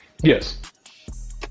Yes